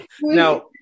Now